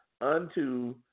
unto